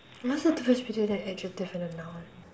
what is difference between an adjective and a noun